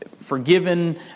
forgiven